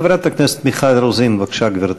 חברת הכנסת מיכל רוזין, בבקשה, גברתי.